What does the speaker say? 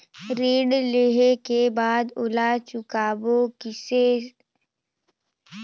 ऋण लेहें के बाद ओला चुकाबो किसे?